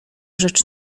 rzecz